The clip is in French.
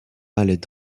allaient